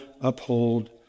uphold